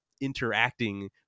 interacting